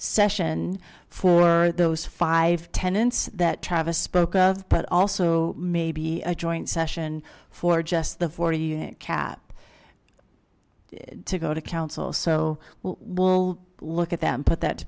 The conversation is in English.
session for those five tenants that travis spoke of but also maybe a joint session for just the forty unit cap to go to council so we'll look at that and put that to